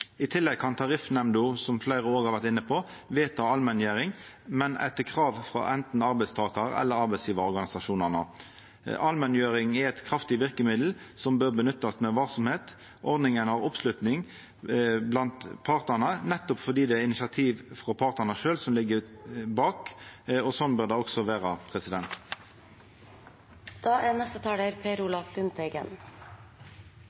I tillegg kan tariffnemnda, som fleire òg har vore inne på, vedta allmenngjering, men etter krav frå anten arbeidstakar- eller arbeidsgjevarorganisasjonane. Allmenngjering er eit kraftig verkemiddel som bør bli nytta med varsemd. Ordninga har oppslutning blant partane nettopp fordi det er initiativ frå partane sjølve som ligg bak. Sånn bør det også vera.